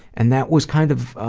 and that was kind of